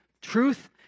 Truth